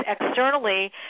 externally